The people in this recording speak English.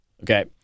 okay